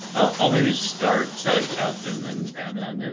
i'll maybe start catherine then and then.